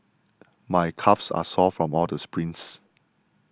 my calves are sore from all the sprints